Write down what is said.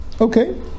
Okay